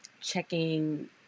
checking